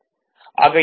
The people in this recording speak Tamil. ஆக இன்புட் x